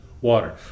water